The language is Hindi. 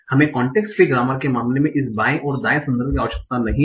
हमें कांटेक्स्ट फ्री ग्रामर के मामले में इस बाएँ और दाएँ संदर्भ की आवश्यकता नहीं है